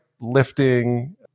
lifting